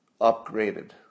upgraded